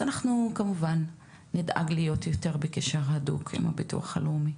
אז אנחנו כמובן נדאג להיות יותר בקשר הדוק עם הביטוח הלאומי.